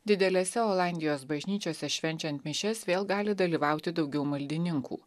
didelėse olandijos bažnyčiose švenčiant mišias vėl gali dalyvauti daugiau maldininkų